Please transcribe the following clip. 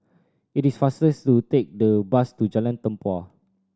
it is faster to take the bus to Jalan Tempua